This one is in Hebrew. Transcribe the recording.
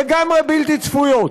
לגמרי בלתי צפויות.